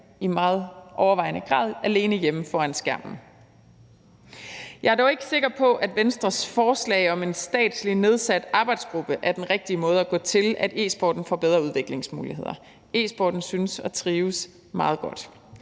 i meget overvejende grad bliver alene hjemme foran skærmen. Kl. 16:48 Jeg er dog ikke sikker på, at Venstres forslag om en statsligt nedsat arbejdsgruppe er den rigtige måde at gå til, at e-sporten får bedre udviklingsmuligheder. E-sporten synes at trives meget godt.